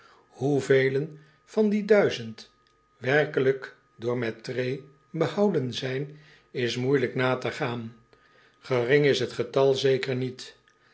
hoevelen van die werkelijk door mettray behouden zijn is moeijelijk na te gaan gering is het getal zeker niet